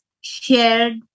shared